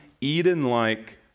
Eden-like